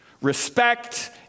Respect